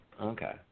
Okay